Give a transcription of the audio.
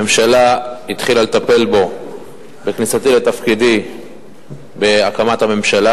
הממשלה התחילה לטפל בו בכניסתי לתפקידי בהקמת הממשלה.